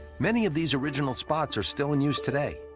many of these original spots are still in use today.